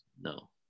No